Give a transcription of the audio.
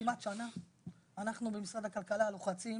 אנחנו במשרד הכלכלה לוחצים